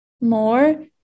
more